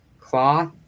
cloth